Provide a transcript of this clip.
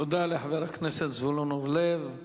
תודה לחבר הכנסת זבולון אורלב.